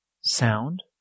sound